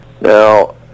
Now